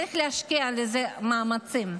צריך להשקיע בזה מאמצים.